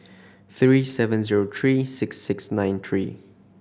three seven zero three six six nine three